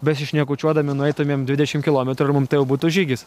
besišnekučiuodami nueitumėm dvidešimt kilometrų ir mum tai jau būtų žygis